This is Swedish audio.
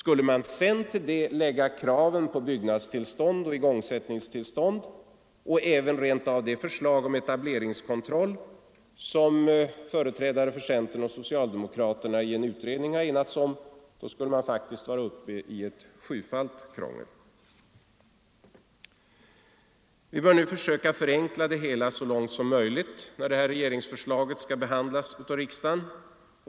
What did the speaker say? Lägger man till det kraven på byggnadstillstånd och igångsättningstillstånd och även rent av det förslag om etableringskontroll som företrädare för centern och socialdemokraterna enats om i en utredning, är man uppe i ett sjufalt krångel. Vi bör nu försöka förenkla det hela så långt som möjligt när regeringsförslaget skall behandlas av riksdagen.